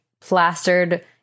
plastered